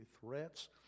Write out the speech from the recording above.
threats